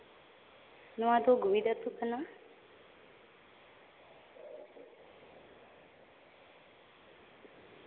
ᱱᱚᱣᱟ ᱫᱚ ᱜᱩᱦᱤᱫᱟ ᱟᱹᱛᱩ ᱠᱟᱱᱟ